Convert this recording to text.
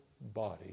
body